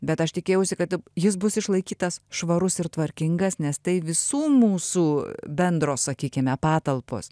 bet aš tikėjausi kad jis bus išlaikytas švarus ir tvarkingas nes tai visų mūsų bendros sakykime patalpos